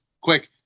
quick